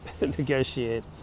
negotiate